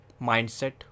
mindset